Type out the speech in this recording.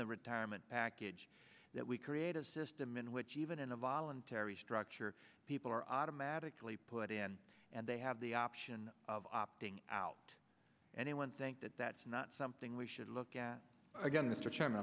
the retirement package that we create a system in which even in a voluntary structure people are automatically put in and they have the option of opting out anyone think that that's not something we should look at again